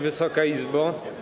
Wysoka Izbo!